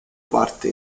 parte